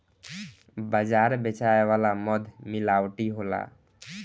बाजार बेचाए वाला मध मिलावटी होला